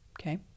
okay